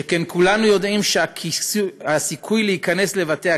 שכן כולנו יודעים שהסיכוי להיכנס לבתי